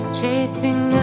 chasing